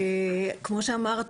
כמו שאמרת,